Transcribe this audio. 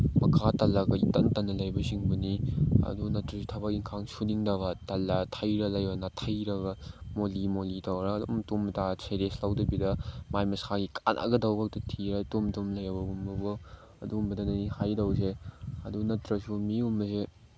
ꯃꯈꯥ ꯇꯜꯂꯒ ꯏꯇꯟ ꯇꯜꯂꯒ ꯂꯩꯕꯁꯤꯡꯕꯨꯅꯤ ꯑꯗꯨ ꯅꯠꯇ꯭ꯔꯁꯨ ꯊꯕꯛ ꯏꯟꯈꯥꯡ ꯁꯨꯅꯤꯡꯗꯕ ꯇꯜꯂ ꯊꯩꯔ ꯂꯩꯕ ꯅꯥꯊꯩꯔꯒ ꯃꯣꯂꯤ ꯃꯣꯂꯤ ꯇꯧꯔ ꯑꯗꯨꯝ ꯇꯨꯝ ꯇꯥ ꯁꯦꯔꯦꯁ ꯂꯧꯗꯕꯤꯗ ꯃꯥꯏ ꯃꯁꯥꯒꯤ ꯀꯥꯅꯒꯗꯧꯕ ꯊꯤꯔ ꯇꯨꯝ ꯇꯨꯝ ꯂꯩꯕꯒꯨꯝꯕ ꯑꯗꯒꯨꯝꯕꯗꯅꯤ ꯍꯥꯏꯗꯧꯁꯦ ꯑꯗꯨ ꯅꯠꯇ꯭ꯔꯁꯨ ꯃꯤꯒꯨꯝꯕꯁꯦ